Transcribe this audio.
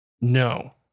No